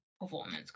performance